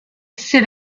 sit